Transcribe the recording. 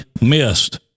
missed